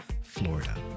Florida